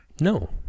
No